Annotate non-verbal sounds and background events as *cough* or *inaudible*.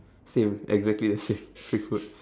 *breath* same exactly the same *breath* free food